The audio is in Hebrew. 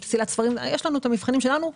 יש לנו את המבחנים שלנו,